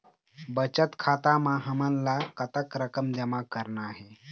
बचत खाता म हमन ला कतक रकम जमा करना हे?